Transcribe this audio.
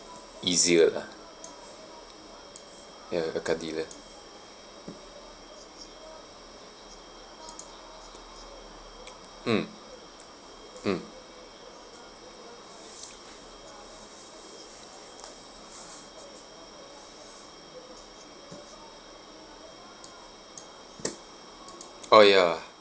easier lah ya a car dealer mm mm orh ya